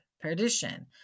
perdition